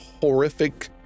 horrific